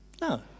No